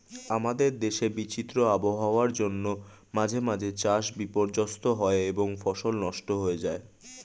আমাদের দেশে বিচিত্র আবহাওয়ার জন্য মাঝে মাঝে চাষ বিপর্যস্ত হয় এবং ফসল নষ্ট হয়ে যায়